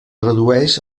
redueix